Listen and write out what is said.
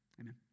Amen